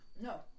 No